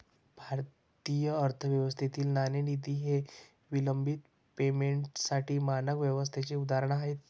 भारतीय अर्थव्यवस्थेतील नाणेनिधी हे विलंबित पेमेंटसाठी मानक व्यवस्थेचे उदाहरण आहे